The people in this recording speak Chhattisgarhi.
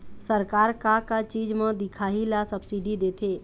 सरकार का का चीज म दिखाही ला सब्सिडी देथे?